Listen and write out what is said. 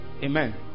Amen